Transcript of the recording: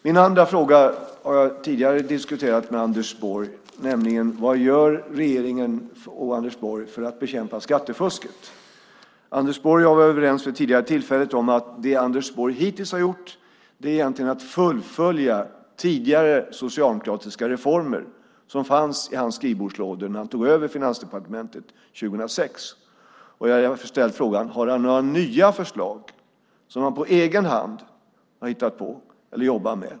Min andra fråga har jag tidigare diskuterat med Anders Borg, nämligen vad regeringen och Anders Borg gör för att bekämpa skattefusket. Anders Borg och jag har vid ett tidigare tillfälle varit överens om att det Anders Borg hittills har gjort är att fullfölja tidigare socialdemokratiska reformer som fanns i hans skrivbordslådor när han tog över Finansdepartementet 2006. Jag har därför ställt frågan om han har några nya förslag som han på egen hand har hittat på eller jobbat med.